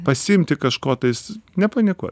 pasiimti kažko tais nepanikuot